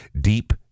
deep